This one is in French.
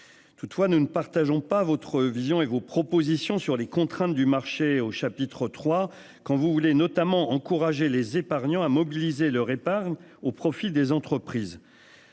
Toutefois, nous ne partageons pas votre vision et vos propositions sur les contraintes du marché au chapitre trois, quand vous voulez notamment encourager les épargnants à mobiliser leur épargne au profit des entreprises.